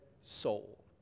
soul